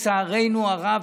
לצערנו הרב,